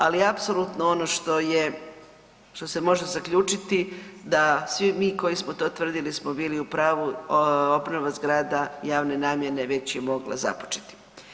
Ali apsolutno ono što je, što se može zaključiti da svi mi koji smo to tvrdili smo bili u pravu, oprema zgrada javne namjene već je mogla započeti.